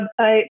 website